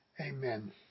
amen